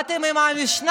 באתם עם המשנה,